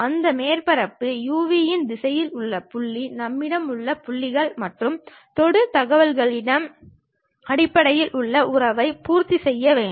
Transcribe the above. அந்த மேற்பரப்பில் u v இன் திசையில் உள்ள புள்ளி நம்மிடம் உள்ள புள்ளிகள் மற்றும் தொடு தகவல்களின் அடிப்படையில் இந்த உறவை பூர்த்தி செய்ய வேண்டும்